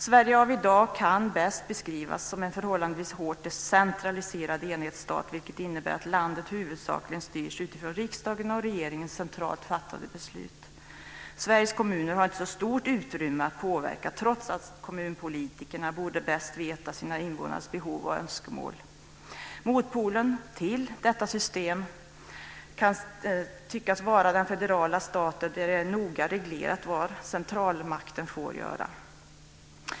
Sverige av i dag kan bäst beskrivas som en förhållandevis hårt centraliserad enhetsstat, vilket innebär att landet huvudsakligen styrs utifrån riksdagens och regeringens centralt fattade beslut. Sveriges kommuner har inte så stort utrymme att påverka, trots att kommunpolitikerna bäst borde känna till sina invånares behov och önskemål. Motpolen till detta system kan tyckas vara den federala staten, där det är noga reglerat vad centralmakten får göra.